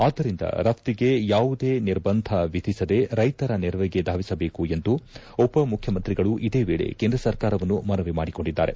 ಆದ್ದರಿಂದ ರಫ್ತಿಗೆ ಯಾವುದೇ ನಿರ್ಬಂಧ ವಿಧಿಸದೇ ರೈತರ ನೆರವಿಗೆ ಧಾವಿಸಬೇಕು ಎಂದು ಉಪಮುಖ್ಯಮಂತ್ರಿಗಳು ಇದೇ ವೇಳೆ ಕೇಂದ್ರ ಸರ್ಕಾರವನ್ನು ಮನವಿ ಮಾಡಿಕೊಂಡಿದ್ದಾರೆ